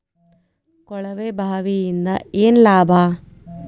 ಕೊಳವೆ ಬಾವಿಯಿಂದ ಏನ್ ಲಾಭಾ?